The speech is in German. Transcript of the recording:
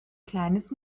kleines